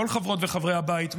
כל חברות וחברי הבית,